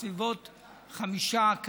בסביבות 50,